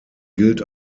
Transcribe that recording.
gilt